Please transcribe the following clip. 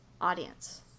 audience